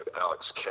alex